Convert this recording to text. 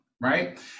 right